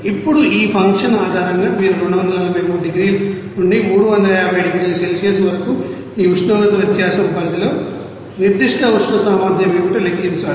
ఇప్పుడు ఈ ఫంక్షన్ ఆధారంగా మీరు 243 నుండి 350 డిగ్రీల సెల్సియస్ వరకు ఈ ఉష్ణోగ్రత వ్యత్యాసం పరిధిలో నిర్దిష్ట ఉష్ణ సామర్థ్యం ఏమిటో లెక్కించాలి